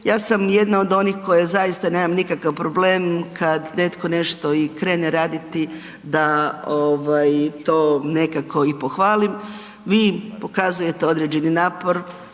Ja sam jedna od onih koji zaista nemam nikakav problem kad netko nešto i krene raditi da to nekako i pohvalim. Vi pokazujete određeni napor,